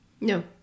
No